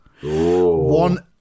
One